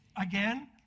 again